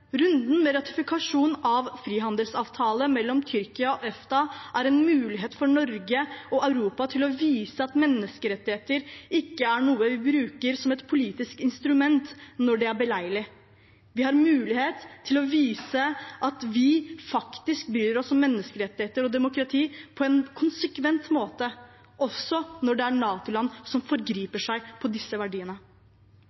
Runden med ratifikasjon av frihandelsavtalen mellom Tyrkia og EFTA er en mulighet for Norge og Europa til å vise at menneskerettigheter ikke er noe vi bruker som et politisk instrument når det er beleilig. Vi har mulighet til å vise at vi faktisk bryr oss om menneskerettigheter og demokrati på en konsekvent måte, også når det er NATO-land som